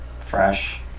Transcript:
fresh